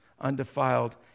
undefiled